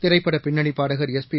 திரைப்பட பின்னணிப் பாடகர் எஸ்பி